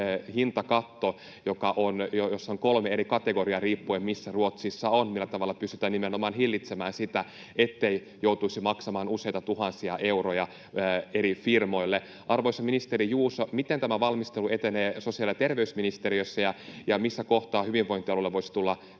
hintakatto, jossa on kolme eri kategoriaa riippuen siitä, missä Ruotsissa on — millä tavalla pystytään nimenomaan hillitsemään sitä, ettei joutuisi maksamaan useita tuhansia euroja eri firmoille. Arvoisa ministeri Juuso: miten tämä valmistelu etenee sosiaali- ja terveysministeriössä, ja missä kohtaa hyvinvointialueille voisi tulla hyvää